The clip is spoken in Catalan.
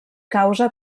causa